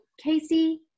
Casey